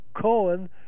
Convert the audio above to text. Cohen